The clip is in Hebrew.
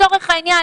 לצורך העניין,